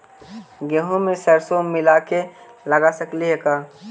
गेहूं मे सरसों मिला के लगा सकली हे का?